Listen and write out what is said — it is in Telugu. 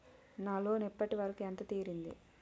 నా లోన్ ఇప్పటి వరకూ ఎంత తీరింది?